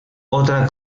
otra